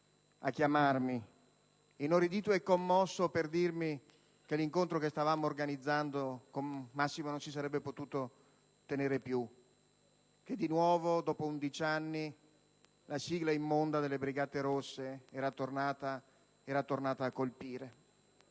a chiamarmi, inorridito e commosso, per dirmi che l'incontro che stavamo organizzando con Massimo non si sarebbe potuto più tenere perché di nuovo, dopo undici anni, la sigla immonda delle Brigate rosse era tornata a colpire.